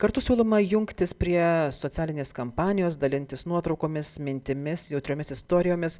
kartu siūloma jungtis prie socialinės kampanijos dalintis nuotraukomis mintimis jautriomis istorijomis